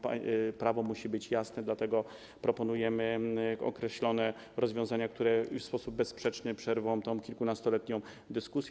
Prawo musi być jasne, dlatego proponujemy określone rozwiązania, które w sposób bezsprzeczny przerwą tę kilkunastoletnią dyskusję.